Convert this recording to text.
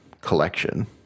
collection